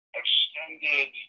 extended